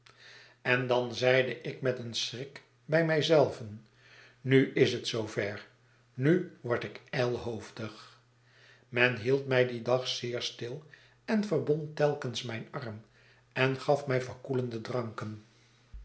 en dan zeide ik met een schrik bij mij zelven nu is het zoo ver nu word ik ijlhoofdig i men hield mij dien dag zeer stil en verbondtelkens myn arm en gaf mij verkoelende dranken